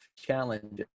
challenge